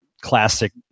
classic